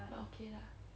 then okay lah